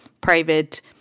private